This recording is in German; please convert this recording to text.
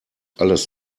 alles